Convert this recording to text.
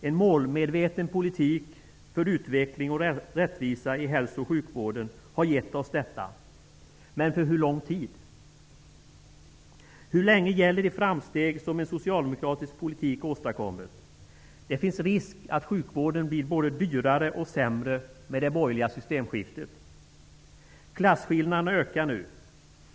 En målmedveten politik för utveckling och rättvisa i hälso och sjukvården har gett oss detta -- men för hur lång tid? Hur länge gäller alltså de framsteg som en socialdemokratisk politik har åstadkommit? Det finns en risk att sjukvården blir både dyrare och sämre med det borgerliga systemskiftet. Klasskillnaderna ökar nu.